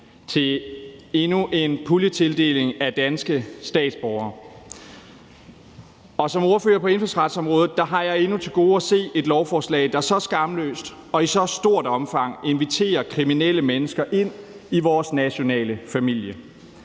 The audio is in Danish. til endnu en puljetildeling af danske statsborgerskaber. Og som ordfører på indfødsretsområdet har jeg endnu til gode at se et lovforslag, der så skamløst og i så stort omfang inviterer kriminelle mennesker ind i vores nationale familie.